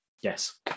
Yes